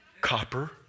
Copper